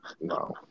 No